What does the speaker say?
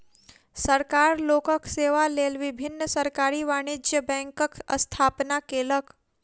सरकार लोकक सेवा लेल विभिन्न सरकारी वाणिज्य बैंकक स्थापना केलक